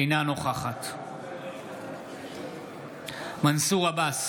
אינה נוכחת מנסור עבאס,